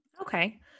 Okay